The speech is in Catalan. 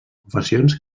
confessions